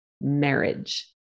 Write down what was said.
marriage